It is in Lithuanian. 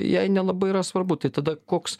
jai nelabai yra svarbu tai tada koks